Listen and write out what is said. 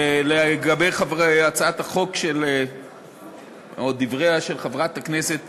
ולגבי הצעת החוק או דבריה של חברת הכנסת